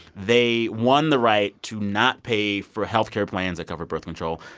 they won the right to not pay for health care plans that cover birth control.